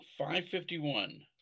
551